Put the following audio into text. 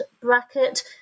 bracket